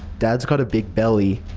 dad's got a big belly.